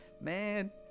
man